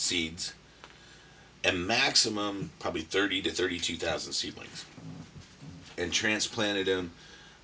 seeds and maximum probably thirty to thirty two thousand seedlings and transplanted and